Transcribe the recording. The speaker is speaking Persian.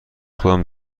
خودم